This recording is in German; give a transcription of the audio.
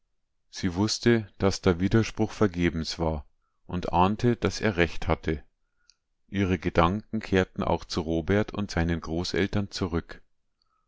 sie wußte daß da widerspruch vergebens war und ahnte daß er recht hatte ihre gedanken kehrten auch zu robert und seinen großeltern zurück